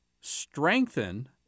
strengthen